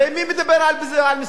הרי מי מדבר על מסתננים?